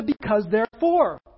because-therefore